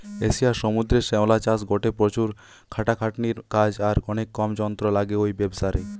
এশিয়ার সমুদ্রের শ্যাওলা চাষ গটে প্রচুর খাটাখাটনির কাজ আর অনেক কম যন্ত্র লাগে ঔ ব্যাবসারে